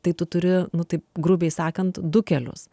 tai tu turi nu taip grubiai sakant du kelius